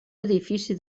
edifici